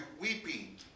weeping